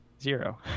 Zero